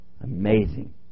amazing